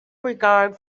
regard